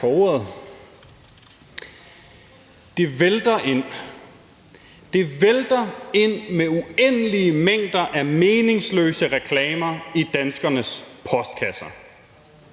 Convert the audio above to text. det vælter ind med uendelige mængder af meningsløse reklamer i danskernes postkasser.